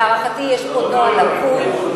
להערכתי יש פה נוהל לקוי,